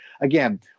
again